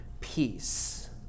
peace